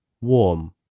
Warm